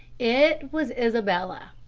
it was isabella.